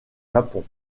japon